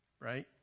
right